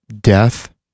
death